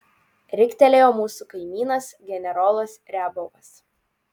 riktelėjo mūsų kaimynas generolas riabovas